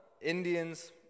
Indians